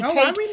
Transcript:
take